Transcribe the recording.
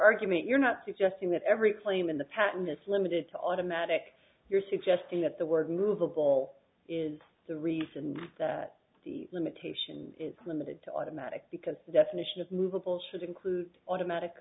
argument you're not suggesting that every claim in the patent is limited to automatic you're suggesting that the word movable is the reason that the limitation limited to automatic because the definition of moveable should include automatic